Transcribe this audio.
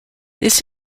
this